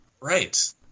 Right